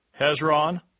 Hezron